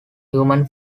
human